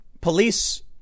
Police